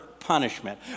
Punishment